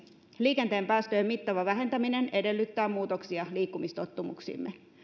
liikenteen päästöjen mittava vähentäminen edellyttää muutoksia liikkumistottumuksiimme